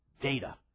data